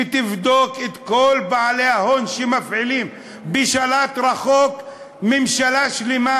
שתבדוק את כל בעלי ההון שמפעילים בשלט-רחוק ממשלה שלמה.